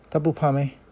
他不怕 meh